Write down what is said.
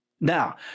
Now